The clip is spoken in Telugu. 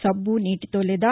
సబ్బు నీటితో లేదా